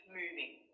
moving